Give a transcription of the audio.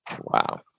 Wow